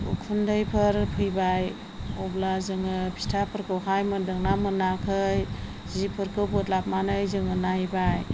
उखुन्दैफोर फैबाय अब्ला जोङो फिथाफोरखौहाय मोन्दोंना मोनाखै जिफोरखौ बोदलाबनानै जोङो नायबाय